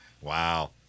Wow